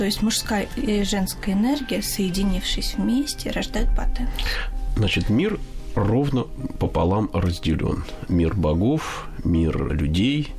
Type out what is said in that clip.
То есть мужская и женская энергия, соединившись вместе, рождают баты. Значит, мир ровно пополам разделен. Мир богов, мир людей.